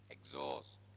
Exhaust